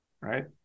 right